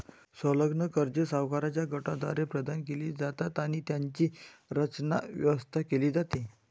संलग्न कर्जे सावकारांच्या गटाद्वारे प्रदान केली जातात आणि त्यांची रचना, व्यवस्था केली जाते